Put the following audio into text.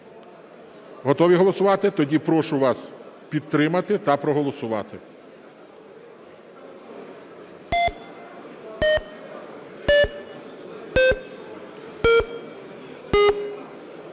Готові голосувати? Тоді прошу вас підтримати та проголосувати.